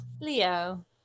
Leo